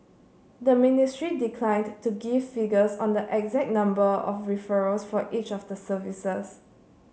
the ministry declined to give figures on the exact number of referrals for each of the services